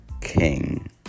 King